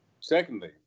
secondly